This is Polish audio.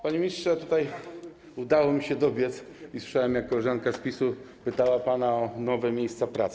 Panie ministrze, udało mi się dobiec i słyszałem, jak koleżanka z PiS-u pytała pana o nowe miejsca pracy.